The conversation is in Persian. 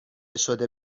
شده